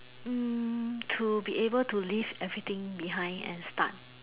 hmm to be able to leave everything behind and start